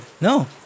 No